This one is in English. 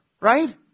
right